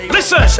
Listen